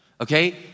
Okay